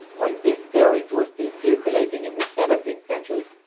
while these theories were still circulating in the seventeenth century,